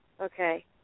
Okay